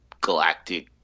galactic